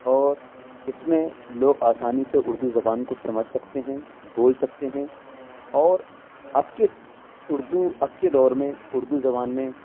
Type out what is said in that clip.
اور اس میں لوگ آسانی سے اردو زبان کو سمجھ سکتے ہیں بول سکتے ہیں اور اب کے اردو اب کے دور میں اردو زبان میں